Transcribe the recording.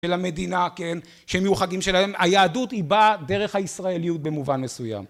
של המדינה כן שהם מיוחדים שלהם היהדות היא באה דרך הישראליות במובן מסוים